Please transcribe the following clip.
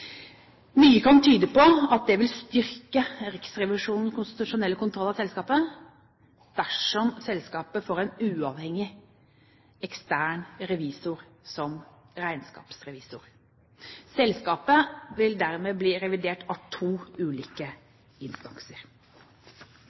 Mye kan tyde på at det vil styrke Riksrevisjonens konstitusjonelle kontroll av selskapet dersom selskapet får en uavhengig ekstern revisor som regnskapsrevisor. Selskapet vil dermed bli revidert av to ulike instanser.